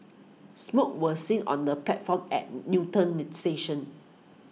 smoke was seen on the platform at Newton station